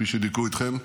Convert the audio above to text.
כפי שדיכאו אתכם,